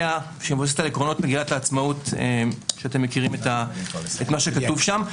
שמבוססת על עקרונות מגילת העצמאות שאתם מכירים את מה שכתוב שם.